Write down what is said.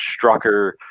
Strucker